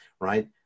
right